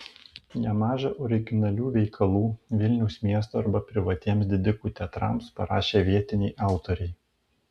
nemaža originalių veikalų vilniaus miesto arba privatiems didikų teatrams parašė vietiniai autoriai